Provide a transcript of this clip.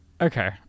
Okay